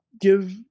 Give